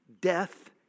death